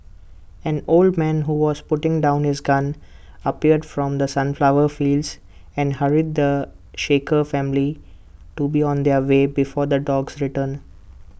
an old man who was putting down his gun appeared from the sunflower fields and hurried the shaken family to be on their way before the dogs return